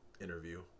interview